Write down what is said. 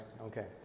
Okay